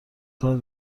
کنید